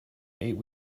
eight